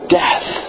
death